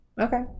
Okay